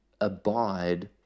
abide